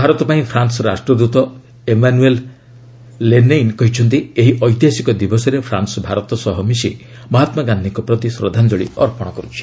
ଭାରତ ପାଇଁ ଫ୍ରାନ୍ସ ରାଷ୍ଟ୍ରଦୂତ Emmanuel Lenain କହିଛନ୍ତି ଏହି ଐତିହାସିକ ଦିବସରେ ଫ୍ରାନ୍ସ ଭାରତ ସହ ମିଶି ମହାତ୍ମାଗାନ୍ଧିଙ୍କ ପ୍ରତି ଶ୍ରଦ୍ଧାଞ୍ଜଳି ଅର୍ପଣ କରୁଛି